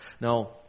Now